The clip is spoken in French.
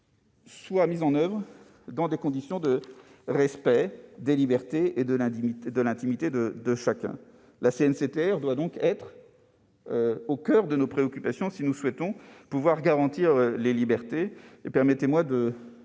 soient mises en oeuvre dans des conditions respectant les libertés et l'intimité de chacun. La CNCTR doit donc être au coeur de nos préoccupations si nous souhaitons pouvoir garantir les libertés.